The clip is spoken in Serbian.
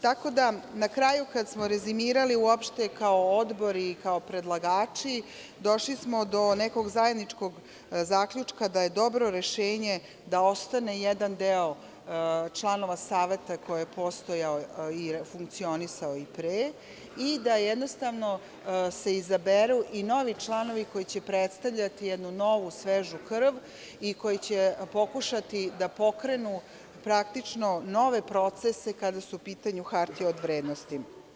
Tako da, na kraju, kada smo rezimirali kao odbor i kao predlagači, došli smo do nekog zajedničkog zaključka da je dobro rešenje da ostane jedan deo članova saveta koji je postojao i funkcionisao i pre i da jednostavno se izaberu i novi članovi koji će predstavljati jednu novu, svežu krv i koji će pokušati da pokrenu praktično nove procese kada su u pitanju hartije od vrednosti.